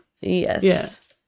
Yes